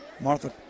Martha